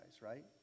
right